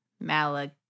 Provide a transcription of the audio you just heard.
Malak